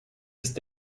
ist